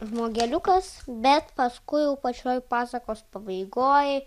žmogeliukas bet paskui jau pačioj pasakos pabaigoj